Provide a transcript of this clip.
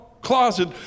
closet